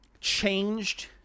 changed